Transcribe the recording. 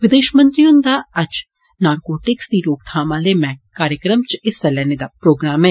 विदेश मंत्री हुन्दा अजज नॉरकोटिक्स दी रोकथाम आले कार्यक्रम च हिस्सा लैने दा प्रोग्राम ऐ